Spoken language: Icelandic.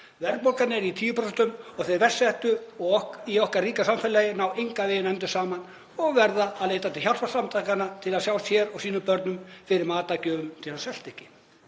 Verðbólgan er í 10% og þeir verst settu í okkar ríka samfélagi ná engan veginn endum saman og verða að leita til hjálparsamtaka til að sjá sér og sínum börnum fyrir matargjöfum til að svelta ekki.